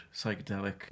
Psychedelic